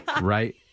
Right